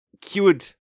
cured